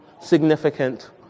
significant